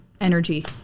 energy